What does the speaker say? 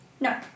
No